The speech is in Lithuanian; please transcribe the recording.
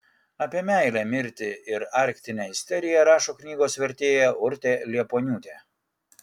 apie meilę mirtį ir arktinę isteriją rašo knygos vertėja urtė liepuoniūtė